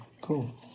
Cool